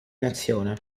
nazione